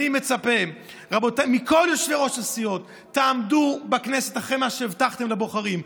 אני מצפה מכל יושבי-ראש הסיעות תעמדו בכנסת מאחורי מה שהבטחתם לבוחרים.